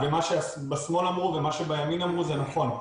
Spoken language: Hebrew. מה שבשמאל אמרו ומה שבימין אמרו זה נכון.